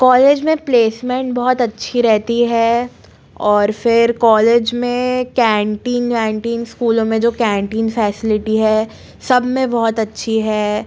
college में placement बहुत अच्छी रहती है और फिर कॉलेज में कैंटीन वैंटीन इस्कूलों में जो कैंटीन फैसिलिटी है सब में बहुत अच्छी है